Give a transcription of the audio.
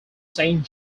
saint